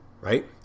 right